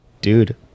Dude